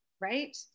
right